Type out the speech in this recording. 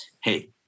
Hey